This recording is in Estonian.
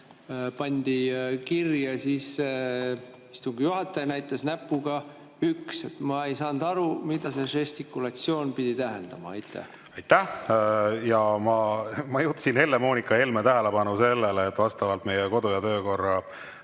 pandi kirja, istungi juhataja näitas näpuga "üks". Ma ei saanud aru, mida see žestikulatsioon pidi tähendama. Aitäh! Ma juhtisin Helle-Moonika Helme tähelepanu sellele, et vastavalt meie kodu‑ ja töökorra